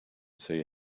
see